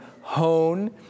hone